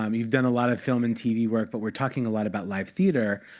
um you've done a lot of film and tv work, but we're talking a lot about live theater.